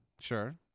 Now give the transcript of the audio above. Sure